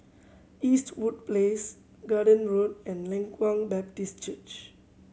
Eastwood Place Garden Road and Leng Kwang Baptist Church